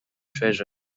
treasure